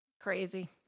Crazy